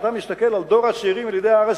כשאתה מסתכל על דור עשירי מילידי הארץ,